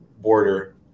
border